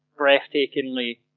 breathtakingly